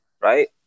right